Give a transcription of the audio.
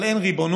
אבל אין ריבונות,